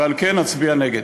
ועל כן אצביע נגד.